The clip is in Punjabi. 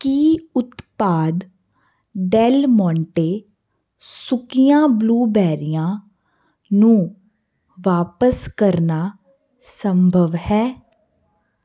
ਕੀ ਉਤਪਾਦ ਡੇਲ ਮੋਂਟੇ ਸੁੱਕੀਆਂ ਬਲੂਬੇਰੀਆਂ ਨੂੰ ਵਾਪਸ ਕਰਨਾ ਸੰਭਵ ਹੈ